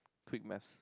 quick maths